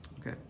Okay